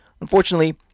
Unfortunately